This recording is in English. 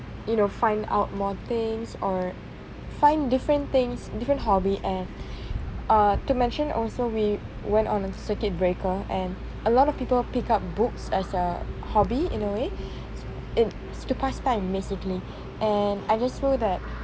you know find out more things or find different things different hobby and uh to mention also we went on a circuit breaker and a lot of people pick up books as a hobby in a way in to pass time basically and I just feel that